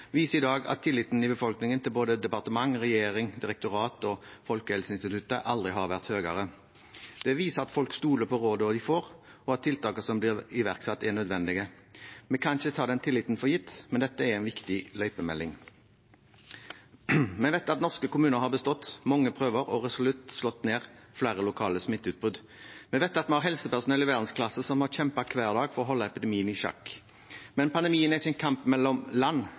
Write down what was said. viser i dag at tilliten i befolkningen til både departement, regjering, direktorat og Folkehelseinstituttet aldri har vært høyere. Det viser at folk stoler på rådene de får, og at tiltakene som blir iverksatt, er nødvendige. Vi kan ikke ta den tilliten for gitt, men dette er en viktig løypemelding. Vi vet at norske kommuner har bestått mange prøver og resolutt har slått ned flere lokale smitteutbrudd. Vi vet at vi har helsepersonell i verdensklasse som har kjempet hver dag for å holde epidemien i sjakk. Men pandemien er ikke en kamp mellom land;